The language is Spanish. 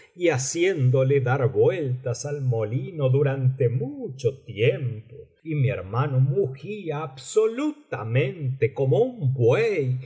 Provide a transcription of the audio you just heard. y haciéndole dar vueltas al molino durante mucho tiempo y mi hermano mugía absolutamente como un buey